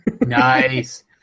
Nice